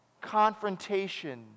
confrontation